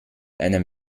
einem